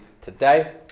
today